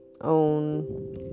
own